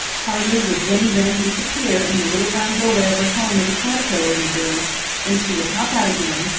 hardly would jenny wren disappear in the little round doorway of her home with a caterpillar in her bill than she would hop out again,